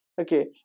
Okay